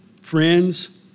friends